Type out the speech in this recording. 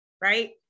Right